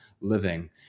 living